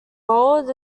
bowled